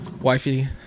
wifey